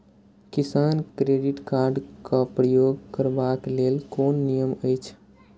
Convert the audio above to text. किसान credit card क प्रयोग करबाक लेल कोन नियम अछि?